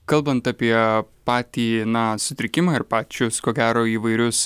kalbant apie patį na sutrikimą ir pačius ko gero įvairius